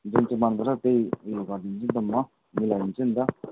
जुन चाहिँ मनपर्छ त्यही उयो गरिदिन्छु नि त म मिलाइदिन्छु नि त